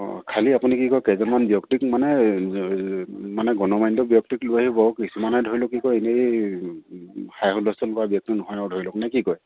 অঁ খালি আপুনি কি কয় কেইজনমান ব্যক্তিক মানে মানে গণমান্য ব্যক্তিক লৈ আহিব কিছুমানে ধৰি লওক কি কয় এনেই হাই হুলস্থুল কৰা ব্যক্তি নহয় আৰু ধৰি লওক নে কি কয়